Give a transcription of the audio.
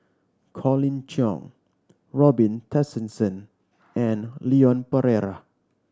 Colin Cheong Robin Tessensohn and Leon Perera